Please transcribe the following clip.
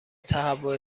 تهوع